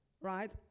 right